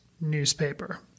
newspaper